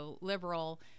liberal